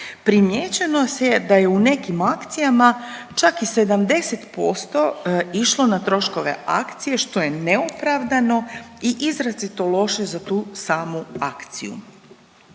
Primijećeno je da je u nekim akcijama čak i 70% išlo na troškove akcije što je neopravdano i izrazito loše za tu samu akciju.